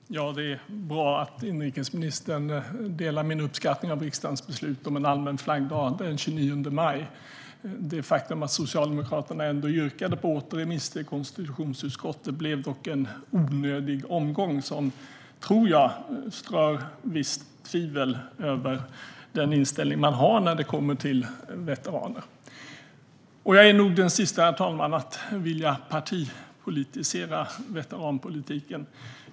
Herr talman! Det är bra att inrikesministern delar min uppskattning av riksdagens beslut om en allmän flaggdag den 29 maj. Det faktum att Socialdemokraterna yrkade på återremiss till konstitutionsutskottet blev dock en onödig omgång som, tror jag, strör visst tvivel över den inställning man har när det kommer till veteraner. Jag är nog den sista, herr talman, att vilja partipolitisera veteranpolitiken.